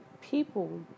People